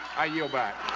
i yield back.